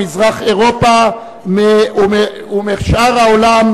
ממזרח-אירופה ומשאר העולם,